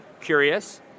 curious